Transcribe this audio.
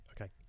Okay